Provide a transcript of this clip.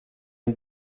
une